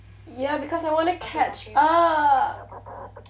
ya because I wanna catch up